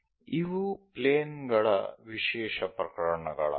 ಇವು ಪ್ಲೇನ್ ಗಳ ವಿಶೇಷ ಪ್ರಕರಣಗಳಾಗಿವೆ